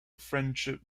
friendship